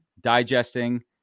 digesting